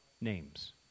names